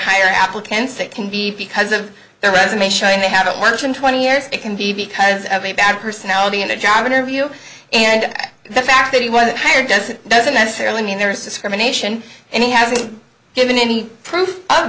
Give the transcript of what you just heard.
hire applicants that can be because of their resume showing they haven't worked in twenty years it can be because of a bad personality in a job interview and the fact that he was fired does doesn't necessarily mean there is discrimination and he hasn't given any proof of